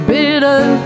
Bitter